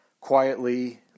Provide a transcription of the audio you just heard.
Quietly